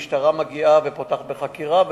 המשטרה מגיעה ופותחת בחקירה,